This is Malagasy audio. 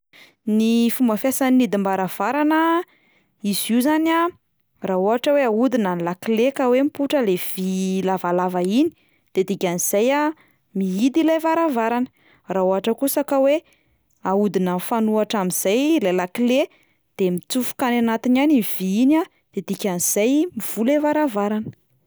Ny fomba fiasan'ny hidim-baravarana, izy io zany a raha ohatra hoe ahodina ny lakle ka hoe mipoitra le vy lavalava iny de dikan'izay a mihidy ilay varavarana, raha ohatra kosa ka hoe ahodina mifanohitra amin'izay ilay lakle de mitsofoka any anatiny any iny vy iny a de dikan'izay mivoha ilay varavarana.